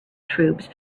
troops